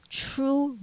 true